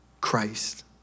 Christ